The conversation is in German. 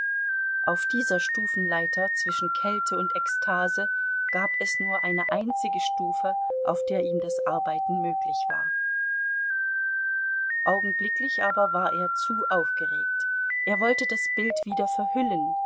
auf dieser stufenleiter zwischen kälte und ekstase gab es nur eine einzige stufe auf der ihm das arbeiten möglich war augenblicklich aber war er zu aufgeregt er wollte das bild wieder verhüllen